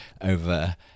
over